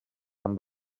amb